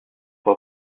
pour